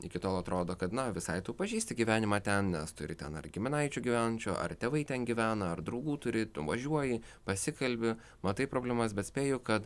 iki tol atrodo kad na visai tu pažįsti gyvenimą ten nes turi ten ar giminaičių gyvenančių ar tėvai ten gyvena ar draugų turi tu važiuoji pasikalbi matai problemas bet spėju kad